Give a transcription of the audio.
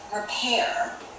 repair